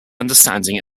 understanding